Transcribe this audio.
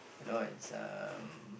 you know it's um